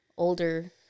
older